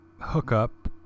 hookup